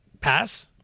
pass